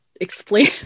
explain